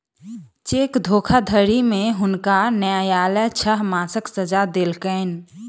cheque धोखाधड़ी में हुनका न्यायलय छह मासक सजा देलकैन